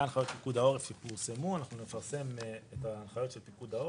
אנחנו נפרסם את ההנחיות של פיקוד העורף.